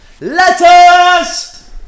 Letters